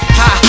ha